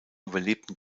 überlebten